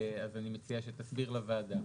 אני מציע שתסביר לוועדה.